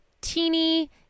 teeny